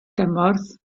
gymorth